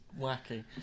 wacky